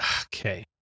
okay